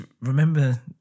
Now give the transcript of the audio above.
remember